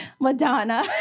Madonna